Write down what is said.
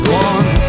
one